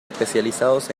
especializados